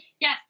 Yes